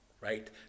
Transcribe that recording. right